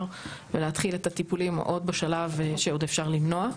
ולהתחיל את הטיפולים עוד בשלב שעוד אפשר למנוע.